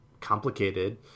complicated